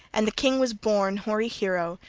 and the king was borne, hoary hero,